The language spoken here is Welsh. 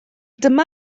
dyma